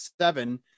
seven